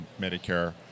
medicare